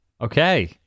Okay